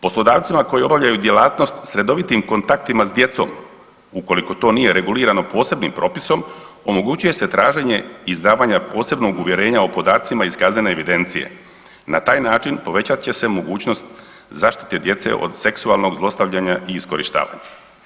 Poslodavcima koji obavljaju djelatnost s redovitom kontaktima s djecom ukoliko to nije regulirano posebnim propisom omogućuje se traženje izdavanja posebnog uvjerenja o podacima iz kaznene evidencije, na taj način povećat će se mogućnost zaštite djece od seksualnog zlostavljanja i iskorištavanja.